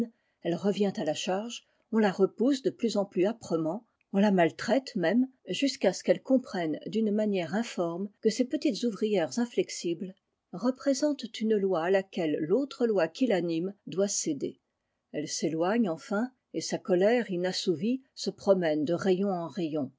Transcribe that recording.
elle revient à la charge on la repousse de plus en plus âprement on la maltraite même jusi a ce qu'elle comprenne d'une manière infoi le que ces petites ouvrières inflexibles représentent une loi à laquelle fautre loi qui faniiue doit céder elle s'éloigne enfin et sa colère inassouvie se promène de rayon en